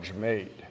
made